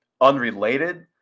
unrelated